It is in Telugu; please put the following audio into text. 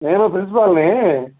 నేను ప్రిన్సిపాల్ని